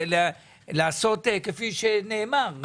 כפי שנאמר,